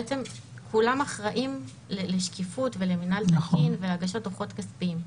בעצם כולם אחראים לשקיפות ולמינהל תקין ולהגשת דוחות כספיים.